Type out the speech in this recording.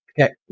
Okay